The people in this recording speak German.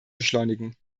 beschleunigen